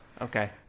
Okay